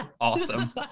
Awesome